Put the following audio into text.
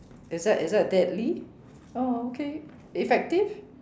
is that is that deadly oh okay effective